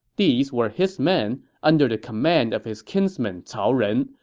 these were his men, under the command of his kinsman cao ren,